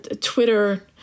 Twitter